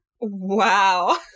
Wow